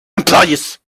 employees